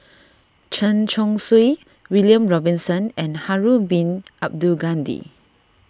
Chen Chong Swee William Robinson and Harun Bin Abdul Ghani